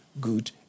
good